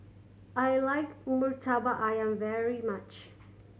I like Murtabak Ayam very much